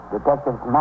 Detectives